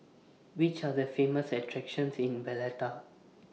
Which Are The Famous attractions in Valletta